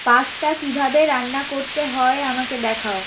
pasta কীভাবে রান্না করতে হয় আমাকে দেখাও